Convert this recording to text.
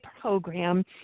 program